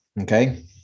okay